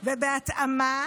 ובהתאמה